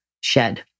shed